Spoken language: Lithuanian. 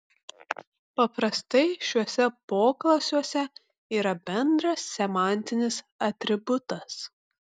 paprastai šiuose poklasiuose yra bendras semantinis atributas